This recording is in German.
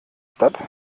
statt